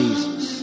Jesus